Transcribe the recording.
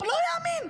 לא ייאמן.